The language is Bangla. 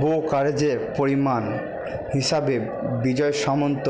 ব্রোকারেজের পরিমাণ হিসাবে বিজয় সামন্ত